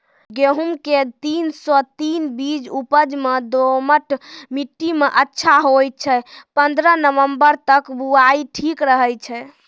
गेहूँम के तीन सौ तीन बीज उपज मे दोमट मिट्टी मे अच्छा होय छै, पन्द्रह नवंबर तक बुआई ठीक रहै छै